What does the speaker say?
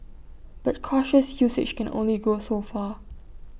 but cautious usage can only go so far